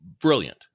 brilliant